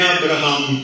Abraham